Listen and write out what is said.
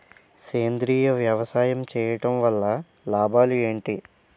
సేంద్రీయ వ్యవసాయం చేయటం వల్ల లాభాలు ఏంటి?